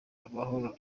amahoro